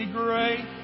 great